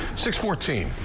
six fourteen.